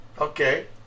Okay